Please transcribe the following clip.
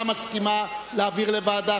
מסכימה להעביר לוועדה.